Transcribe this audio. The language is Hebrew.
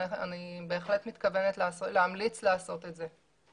אני בהחלט מתכוונת להמליץ לעשות את זה.